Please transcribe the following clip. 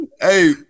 hey